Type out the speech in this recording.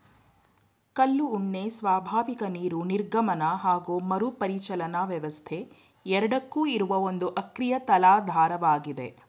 ಕಲ್ಲು ಉಣ್ಣೆ ಸ್ವಾಭಾವಿಕ ನೀರು ನಿರ್ಗಮನ ಹಾಗು ಮರುಪರಿಚಲನಾ ವ್ಯವಸ್ಥೆ ಎರಡಕ್ಕೂ ಇರುವ ಒಂದು ಅಕ್ರಿಯ ತಲಾಧಾರವಾಗಿದೆ